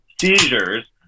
seizures